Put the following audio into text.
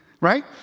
Right